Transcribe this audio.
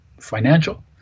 financial